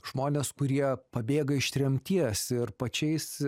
žmones kurie pabėga iš tremties ir pačiais